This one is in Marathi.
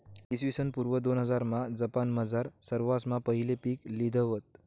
इसवीसन पूर्व दोनहजारमा जपानमझार सरवासमा पहिले पीक लिधं व्हतं